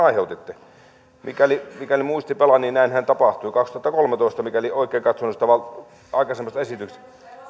aiheutitte mikäli mikäli muisti pelaa niin näinhän tapahtui kaksituhattakolmetoista mikäli oikein katsoin siitä aikaisemmasta esityksestä